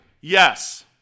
Yes